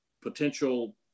potential